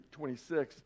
26